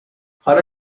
حالا